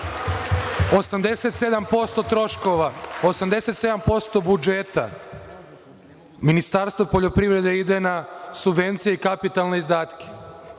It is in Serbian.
troškova, 87% budžeta Ministarstva poljoprivrede ide na subvencije i kapitalne izdatke,